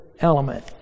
element